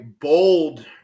bold